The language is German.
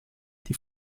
die